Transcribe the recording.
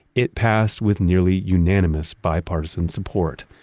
it passed with nearly unanimous bipartisan support.